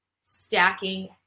stacking